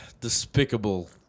despicable